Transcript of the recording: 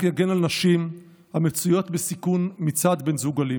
החוק יגן על נשים המצויות בסיכון מצד בן זוג אלים.